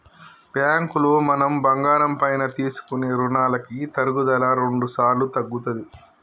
బ్యాంకులో మనం బంగారం పైన తీసుకునే రుణాలకి తరుగుదల రెండుసార్లు తగ్గుతది